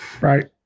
Right